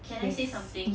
can I say something